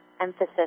emphasis